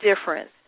difference